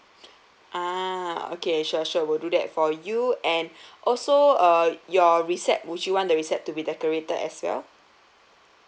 ah okay sure sure we'll do that for you and also uh your recep would you want the recep to be decorated as well